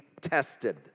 tested